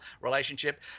relationship